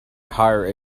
higher